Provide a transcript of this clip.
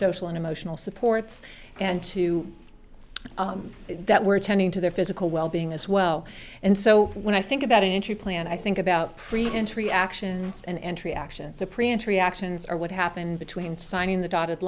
social and emotional supports and to that we're tending to their physical wellbeing as well and so when i think about an entry plan i think about pre entry actions and entry action cypriot reactions are what happened between signing the dotted